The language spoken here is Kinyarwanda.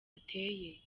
ateye